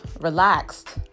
relaxed